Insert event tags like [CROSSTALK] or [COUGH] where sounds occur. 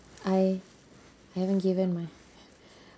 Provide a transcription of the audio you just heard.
I haven't given my [BREATH]